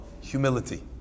humility